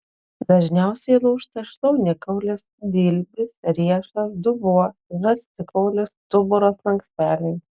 dažniausiai lūžta šlaunikaulis dilbis riešas dubuo žastikaulis stuburo slanksteliai